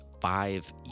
five